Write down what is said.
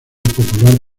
popular